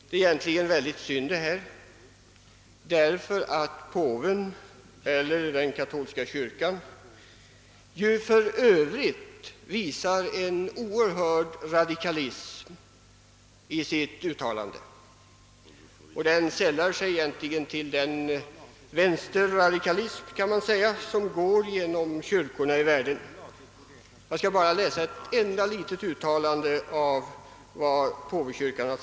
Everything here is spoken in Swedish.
Detta är verkligen beklagligt, speciellt därför att påven ju för övrigt visar en markerad radikalism i sitt uttalande. Han sällar sig därmed egentligen till den vänsterradikalism som går genom kyrkorna i världen. Jag skall bara ange ett enda litet uttalande av påvekyrkan.